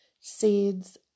seeds